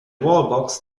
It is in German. wallbox